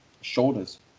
shoulders